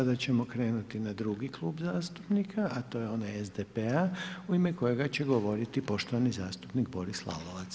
Sada ćemo krenuti na drugi klub zastupnika, a to je onaj SDP-a u ime kojega će govoriti poštovani zastupnik Boris Lalovac.